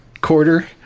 quarter